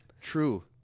true